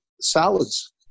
salads